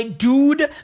dude